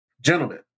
gentlemen